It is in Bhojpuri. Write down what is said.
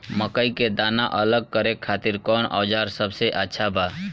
मकई के दाना अलग करे खातिर कौन औज़ार सबसे अच्छा बा?